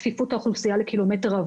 צפיפות האוכלוסייה לקמ"ר,